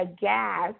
gas